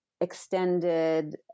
Extended